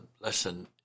lesson